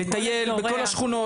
לטייל בכל השכונות,